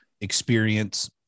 experience